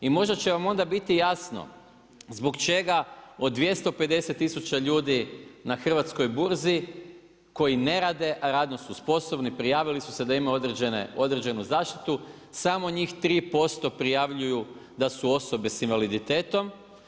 I možda će vam onda biti jasno, zbog čega, od 250000 ljudi na hrvatskoj burzi koji ne radi, a radno su sposobni, prijavili su se da imaju određenu zaštitu, samo njih 3% prijavljuju da su osobe s invaliditetom.